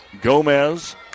Gomez